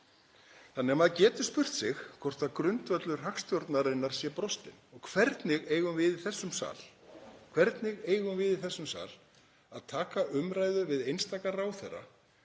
að vera. Maður getur því spurt sig hvort grundvöllur hagstjórnarinnar sé brostinn. Og hvernig eigum við í þessum sal að taka umræðu við einstaka ráðherra